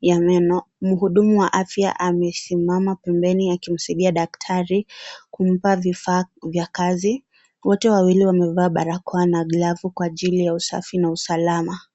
ya meno. Mhudumu wa afya amesimama pembeni akimsaidia daktari kumpa vifaa vya kazi. Wote wawili wamevaa barakoa na glovu kwa ajili ya usafi na usalama.